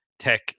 tech